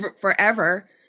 forever